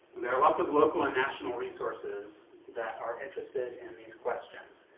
there are lots of local and national resources that are interested in these questions.